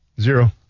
Zero